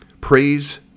praise